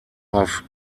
off